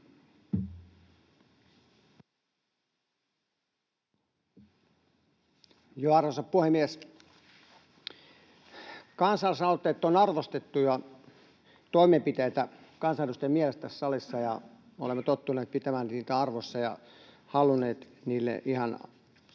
Arvoisa puhemies! Kansalaisaloitteet ovat arvostettuja toimenpiteitä kansanedustajien mielestä tässä salissa, ja olemme tottuneet pitämään niitä arvossa ja halunneet niille ihan arvokkaan